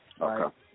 Okay